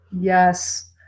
Yes